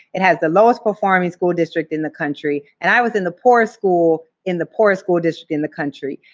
it has the lowest-performing school district in the country, and i was in the poorest school in the poorest school district in the country,